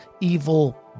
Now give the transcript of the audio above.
evil